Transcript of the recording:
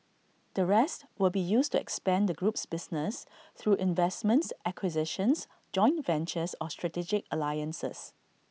the rest will be used to expand the group's business through investments acquisitions joint ventures or strategic alliances